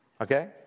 Okay